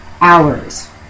hours